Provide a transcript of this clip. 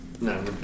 no